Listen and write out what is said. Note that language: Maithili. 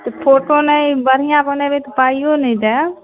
फोटो नहि बढ़िआँ बनेबै तऽ पाइओ नहि दैब